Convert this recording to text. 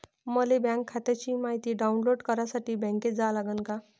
मले बँक खात्याची मायती डाऊनलोड करासाठी बँकेत जा लागन का?